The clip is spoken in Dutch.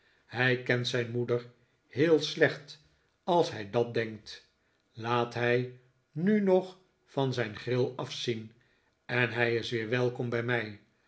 hij kent zijn moeder heel slecht als hij dat denkt laat hij nu nog van zijn gril afzien en hij is weer welkom bij mij